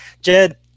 Jed